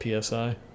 PSI